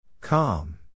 Calm